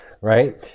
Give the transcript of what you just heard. Right